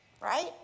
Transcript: Right